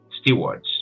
stewards